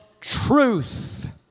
truth